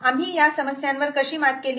आम्ही या समस्यांवर कशी मात केली